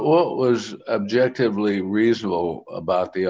what was objective really reasonable about the